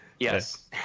Yes